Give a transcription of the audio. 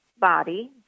body